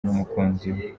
n’umukunzi